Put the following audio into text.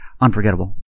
unforgettable